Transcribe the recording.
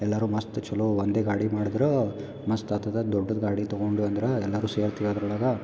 ಎಲ್ಲರು ಮಸ್ತ್ ಚಲೋ ಒಂದೇ ಗಾಡಿ ಮಾಡಿದ್ರು ಮಸ್ತ್ ಆತದ ದೊಡ್ಡದು ಗಾಡಿ ತಗೊಂಡು ಅಂದ್ರೆ ಎಲ್ಲರು ಸೇರ್ತೀವಿ ಅದ್ರೊಳಗೆ